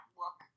look